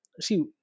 see